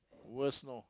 worst know